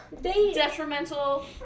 detrimental